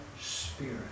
spirit